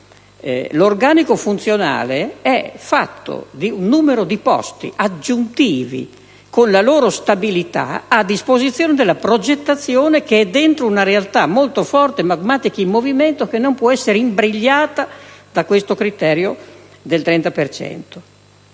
l'organico funzionale è costituito da un numero di posti aggiuntivi, con la loro stabilità a disposizione della progettazione interna ad una realtà molto forte, magmatica ed in movimento, che non può essere imbrigliata dal criterio del 30